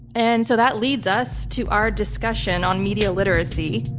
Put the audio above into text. and so that leads us to our discussion on media literacy.